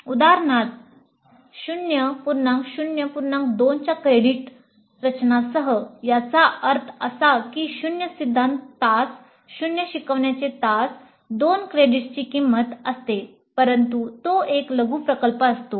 उदाहरणार्थ 0 0 2 च्या क्रेडिट रचनासह याचा अर्थ असा की 0 सिद्धांत तास 0 शिकवण्याचे तास 2 क्रेडिट्सची किंमत असते परंतु तो एक लघु प्रकल्प असतो